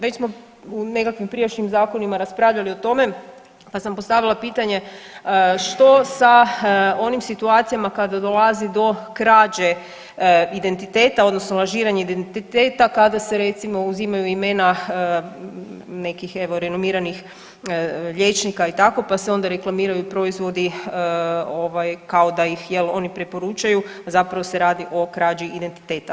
Već smo u nekakvim prijašnjim zakonima raspravljali o tome pa sam postavila pitanje, što sa onim situacijama kada dolazi do krađe identiteta odnosno lažiranje identiteta kada se recimo, uzimaju imena nekih, evo, renomiranih liječnika, i tako, pa se onda reklamiraju proizvodi ovaj, kao da ih, je li, oni preporučaju, a zapravo se radi o krađi identiteta.